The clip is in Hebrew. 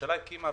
הממשלה הקימה,